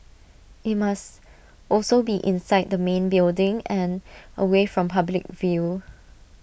IT must also be inside the main building and away from public view